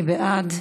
מי בעד?